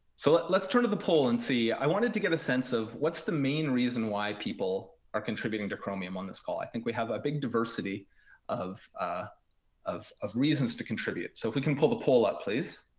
so let's turn to the poll and see. i wanted to get a sense of what's the main reason why people are contributing to chromium on this call? i think we have a big diversity of ah of reasons to contribute. so if we can pull the poll up please.